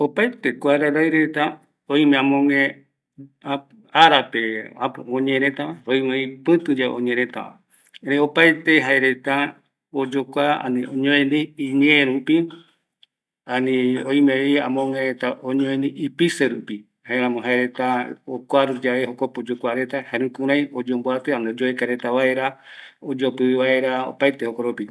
Opaete kua raɨ raɨ reta, oime amogue arape oñeeva, oimevi pɨtu yave oeñeeva, erei opaete jaereta oyokua, iñoeni, oime vi oyokua reta ikuaru rupi, jaeramo jokoropi, oyokua reta jare oyomboati reta, oyopi vaera opaete joropi